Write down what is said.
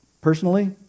personally